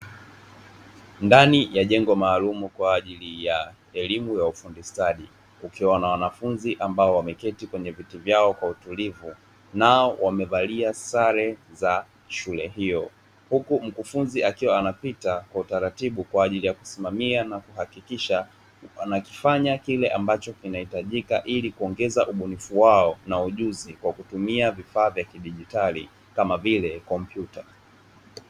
Ndani ya jengo maalumu kwa ajili ya elimu ya ufundi stadi kukiwa na wanafunzi ambao wameketi kwenye viti vyao kwa utulivu, nao wamevalia sare za shule hiyo. Huku mkufunzi akiwa anapita kwa utaratibu kwa ajili ya kusimamia na kuhakikisha anakifanya kile ambacho kinahitajika ili kuongeza ubunifu wao na ujuzi kwa kutumia vifaa vya kidijitali kama vile kompyuta.